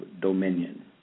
dominion